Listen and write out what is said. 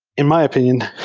in my opinion,